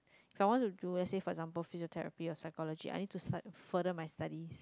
someone who do let's say for example physiotherapy or psychology I need to start further my studies